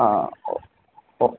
ആ ഒ ഓ